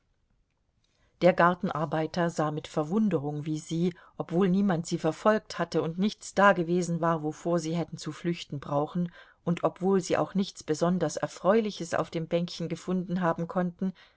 der gartenarbeiter sah mit verwunderung wie sie obwohl niemand sie verfolgt hatte und nichts dagewesen war wovor sie hätten zu flüchten brauchen und obwohl sie auch nichts besonders erfreuliches auf dem bänkchen gefunden haben konnten